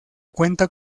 cuenta